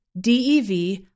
DEV